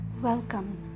Welcome